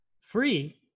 Free